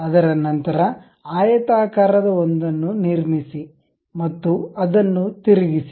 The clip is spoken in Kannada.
ಅದರ ನಂತರ ಆಯತಾಕಾರ ಒಂದನ್ನು ನಿರ್ಮಿಸಿ ಮತ್ತು ಅದನ್ನು ತಿರುಗಿಸಿ